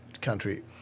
country